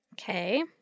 Okay